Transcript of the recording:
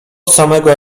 samego